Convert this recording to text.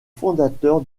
fondateur